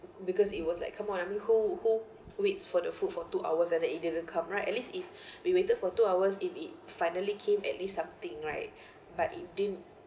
because it was like come on I mean who who waits for the food for two hours and then it didn't come right at least if we waited for two hours if it finally came at least something right but it din